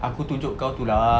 aku tunjuk kau tu lah